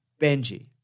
Benji